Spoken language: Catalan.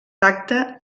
tacte